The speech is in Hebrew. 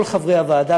כל חברי הוועדה,